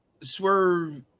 Swerve